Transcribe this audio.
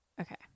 Okay